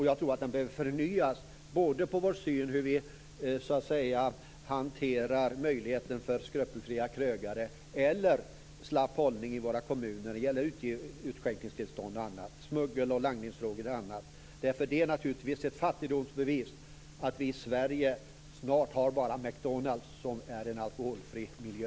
Jag tror att den behöver förnyas när det gäller hur vi hanterar möjligheten för skrupelfria krögare och slapp hållning i våra kommuner när det gäller utskänkningstillstånd och annat. Det gäller även smuggel och langningsfrågorna. Det är naturligtvis ett fattigdomsbevis att vi i Sverige snart bara har McDonalds som är en alkoholfri miljö.